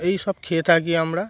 এই সব খেয়ে থাকি আমরা